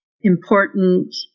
important